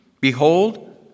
Behold